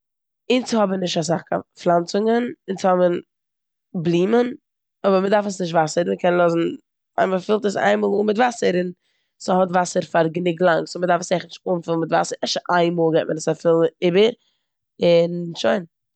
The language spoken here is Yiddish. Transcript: אונז האבן נישט אסאך קיין פלאנצונגען, אונז האבן בלומען אבער מ'דארף עס נישט וואסערן, מ'קען לאזן- אז מ'פילט עס איין מאל מיט וואסער און ס'האט וואסער פאר גענוג לאנג סאו מ'דארף עס עכט נישט אנפילן מיט וואסער. אפשר איין מאל גיבט מען עס א פול איבער און שוין.